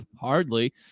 Hardly